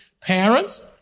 parents